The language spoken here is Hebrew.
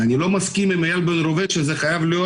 ואני לא מסכים עם איל בן ראובן שזה חייב להיות